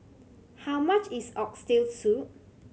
how much is Oxtail Soup